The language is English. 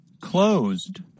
closed